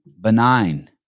Benign